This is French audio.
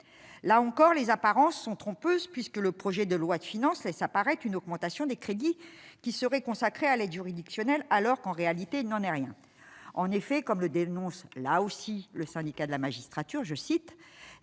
là encore, les apparences sont trompeuses, puisque le projet de loi de finances, laisse apparaître une augmentation des crédits qui seraient consacrés à l'aide juridictionnelle, alors qu'en réalité il n'en est rien, en effet, comme le dénonce, là aussi, le syndicat de la magistrature, je cite